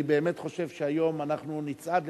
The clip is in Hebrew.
אני באמת חושב שהיום אנחנו נצעד,